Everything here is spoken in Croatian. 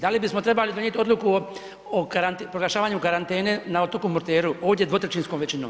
Da li bismo trebali donijeti odluku o proglašavanje karantene na otoku Murteru ovdje dvotrećinskom većinom?